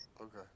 Okay